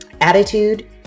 attitude